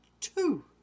Two